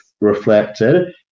reflected